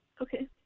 Okay